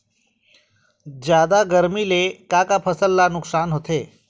जादा गरमी ले का का फसल ला नुकसान होथे?